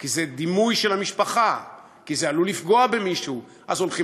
כי זה דימוי של המשפחה, כי זה עלול לפגוע במישהו.